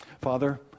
Father